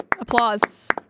Applause